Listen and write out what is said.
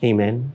Amen